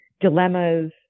dilemmas